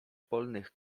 polnych